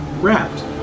Wrapped